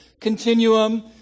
continuum